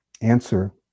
answer